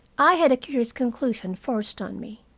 i had a curious conclusion forced on me.